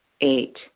Eight